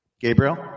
Gabriel